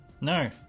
No